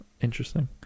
interesting